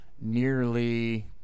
nearly